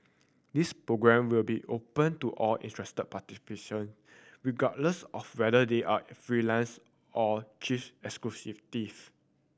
this programme will be open to all interested participant regardless of whether they are freelancer or chief executive